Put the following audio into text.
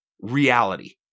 reality